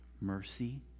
mercy